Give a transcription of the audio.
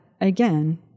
again